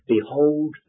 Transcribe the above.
Behold